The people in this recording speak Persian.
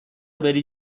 بری